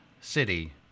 city